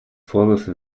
vorwürfe